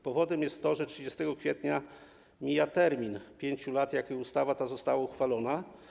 Powodem jest to, że 30 kwietnia mija termin 5 lat, na jaki ustawa ta została uchwalona.